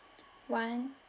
one